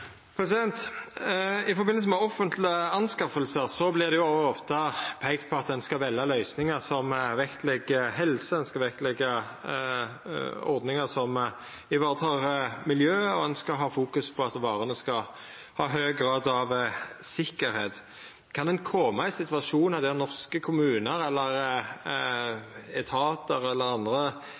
I samband med offentlege anskaffingar vert det ofte peikt på at ein skal velja løysingar som vektlegg helse, ein skal vektleggja ordningar som varetar miljø, og ein skal fokusera på at varene har høg grad av sikkerheit. Kan ein koma i situasjonar der norske kommunar, etatar eller andre